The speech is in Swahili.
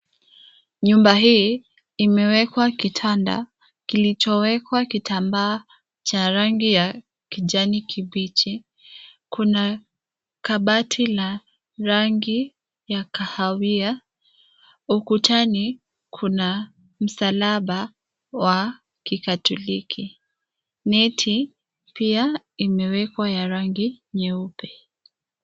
Nyumba hii imewekwa kitanda kilichowe kwa kitambaa cha rangi ya kijani kibichi. Kuna kabati la rangi ya kahawia. Ukutani kuna msalaba wa kikatoliki. Miti pia imewekwa ya rangi nyeupe.